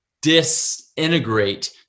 disintegrate